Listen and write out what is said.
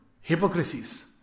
hypocrisies